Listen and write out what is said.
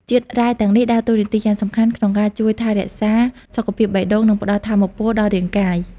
ជាតិរ៉ែទាំងនេះដើរតួនាទីយ៉ាងសំខាន់ក្នុងការជួយថែរក្សាសុខភាពបេះដូង និងផ្ដល់ថាមពលដល់រាងកាយ។